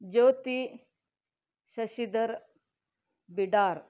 Jyothi Shashidhar Bidar